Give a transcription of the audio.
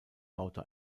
baute